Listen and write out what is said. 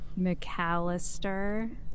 McAllister